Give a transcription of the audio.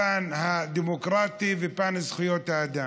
הפן הדמוקרטי ופן זכויות האדם.